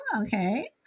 Okay